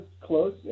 close